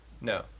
No